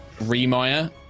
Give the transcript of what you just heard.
Remire